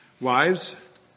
Wives